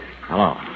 Hello